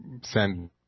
send